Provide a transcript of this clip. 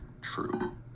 True